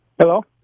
Hello